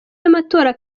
y’amatora